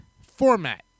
format